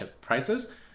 prices